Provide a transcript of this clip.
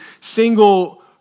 single